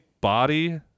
body